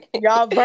Y'all